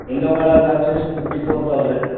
yellow colour వచ్చి fifty four thousand